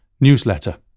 newsletter